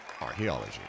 Archaeology